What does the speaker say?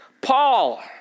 Paul